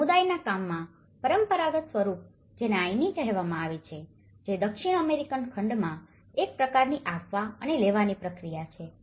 અને સમુદાયના કામના પરંપરાગત સ્વરૂપ જેને આઈની કહેવામાં આવે છે જે દક્ષિણ અમેરિકન ખંડમાં એક પ્રકારની આપવા અને લેવાની પ્રક્રિયા છે